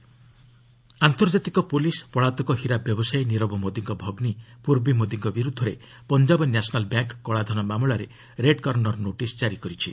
ଇକ୍ଷର ପୋଲ ନୋଟିସ୍ ଆନ୍ତର୍ଜାତିକ ପୁଲିସ୍ ପଳାତକ ହୀରା ବ୍ୟବସାୟୀ ନିରବ ମୋଦିଙ୍କ ଭଗ୍ରୀ ପୂର୍ବୀ ମୋଦିଙ୍କ ବିରୁଦ୍ଧରେ ପଞ୍ଜାବ ନ୍ୟାସନାଲ୍ ବ୍ୟାଙ୍କ୍ କଳାଧନ ମାମଲାରେ ରେଡ୍କର୍ଷର ନୋଟିସ୍ ଜାରି କରିଛି